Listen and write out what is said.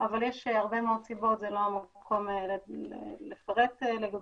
אבל יש הרבה מאוד סיבות, זה לא המקום לפרט לגביהן.